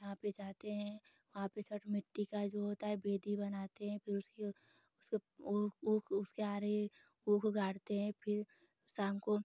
वहाँ पर जाते हैं वहाँ पर छठ मिट्टी की जो होती है वेदी बनाते हैं फिर उसकी उसका उर उर उसके आरे ईख गाड़ते हैं फिर शाम को